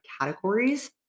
categories